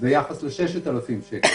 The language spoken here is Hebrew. ביחס ל-6,000 שקל,